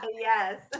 Yes